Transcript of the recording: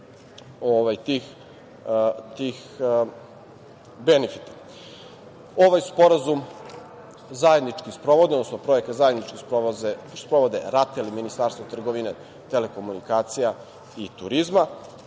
tih benefita. Ovaj sporazum zajednički sprovode, odnosno projekat zajednički sprovode RATEL i Ministarstvo trgovine i telekomunikacija i turizma